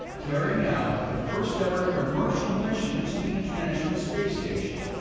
carrying out the first-ever commercial mission to the international space station,